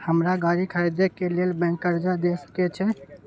हमरा गाड़ी खरदे के लेल बैंक कर्जा देय सके छे?